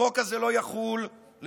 החוק הזה לא יחול לעולם.